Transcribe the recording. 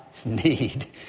need